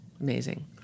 amazing